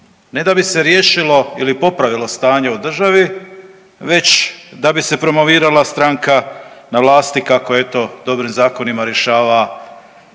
ne da bi se riješilo ili popravilo stanje u državi već da bi se promovirala stranka na vlasti kako eto dobrim zakonima rješava